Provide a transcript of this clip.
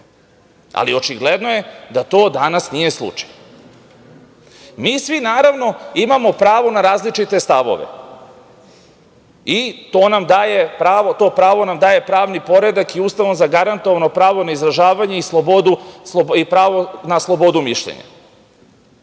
ali očigledno je da to danas nije slučaj. Mi svi, naravno, imamo pravo na različite stavove i to pravo nam daje pravni poredak i Ustavom zagarantovano pravo na izražavanje i pravo na slobodu mišljenja,